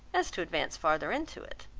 as to advance farther into it.